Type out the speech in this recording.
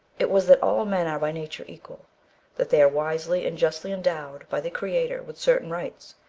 it was, that all men are by nature equal that they are wisely and justly endowed by the creator with certain rights,